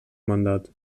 mandat